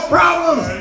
problems